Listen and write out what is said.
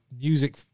music